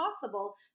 possible